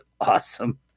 awesome